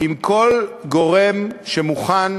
עם כל גורם שמוכן